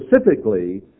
specifically